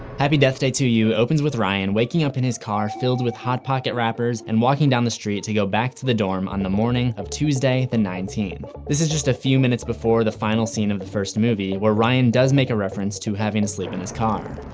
happy death day two u opens with ryan waking up in his car filled with hot pocket wrappers and walking down the street to go back to the dorm on the morning of tuesday the nineteenth. this is just a few minutes before the final scene of the first movie, where ryan does make a reference to having to sleep in the car.